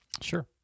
Sure